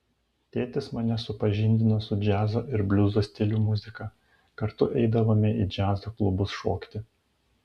tėtis mane supažindino su džiazo ir bliuzo stilių muzika kartu eidavome į džiazo klubus šokti